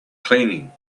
cleaning